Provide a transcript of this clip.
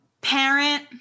parent